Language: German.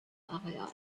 areal